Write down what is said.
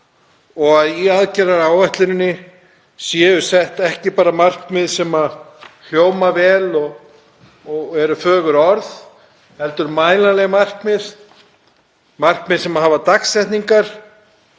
og í aðgerðaáætluninni séu sett ekki bara markmið sem hljóma vel og eru fögur orð heldur mælanleg markmið sem hafa dagsetningar